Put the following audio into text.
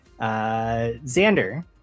Xander